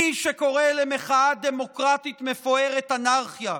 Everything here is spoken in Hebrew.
מי שקורא למחאה דמוקרטית מפוארת "אנרכיה",